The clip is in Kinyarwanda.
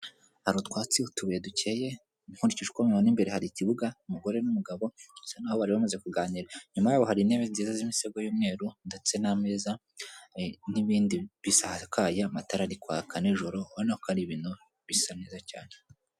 Hari utwatsi utubuye dukeye, nkurikije uko mbibona imbere hari ikibuga, umugore n'umugabo bisa n'aho bari bamaze kuganira, inyuma yabo hari intebe nziza z'imisego y'umweru, ndetse n'ameza n'ibindi bisakaye amatara ari kwaka nijoro ubona ko ari ibintu bisa neza cyane.